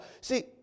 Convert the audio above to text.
see